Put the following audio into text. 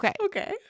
Okay